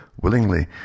willingly